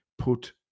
put